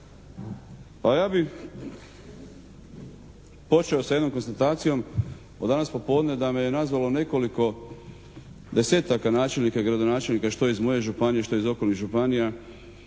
Pa ja bih počeo sa jednom konstatacijom od danas popodne da me je nazvalo nekoliko desetaka načelnika i gradonačelnika što iz moje županije, što iz okolnih županija